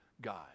God